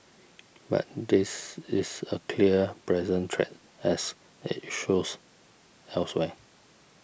but this is a clear present threat as it shows elsewhere